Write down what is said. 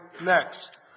next